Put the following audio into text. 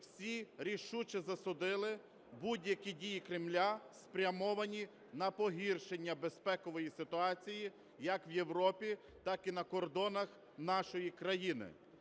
всі рішуче засудили будь-які дії Кремля, спрямовані на погіршення безпекової ситуації як в Європі, так і на кордонах нашої країни.